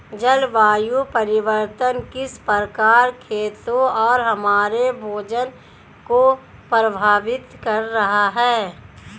जलवायु परिवर्तन किस प्रकार खेतों और हमारे भोजन को प्रभावित कर रहा है?